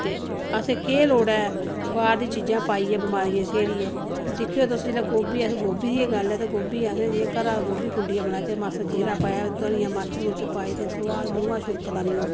ते असें केह् लोड़ ऐ बाहर दी चीजां पाइयै बमारियें छेड़ियै ते दिक्खेओ तुस जिल्लै गोभी असें गोभी दी गै गल्ल ऐ ते गोभी असें घरा दा गोभी खुंडियै बनाचै मासा जीरा पाया धनिया मर्च मुर्च पाई ते सुआद मूहां छुड़कदा नी ऐ